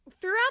throughout